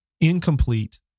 incomplete